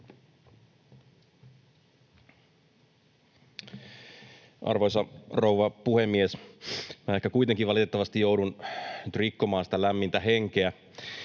Arvoisa rouva puhemies! Minä ehkä kuitenkin valitettavasti joudun nyt rikkomaan sitä lämmintä henkeä.